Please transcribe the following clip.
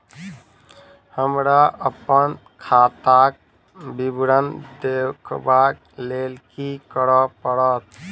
हमरा अप्पन खाताक विवरण देखबा लेल की करऽ पड़त?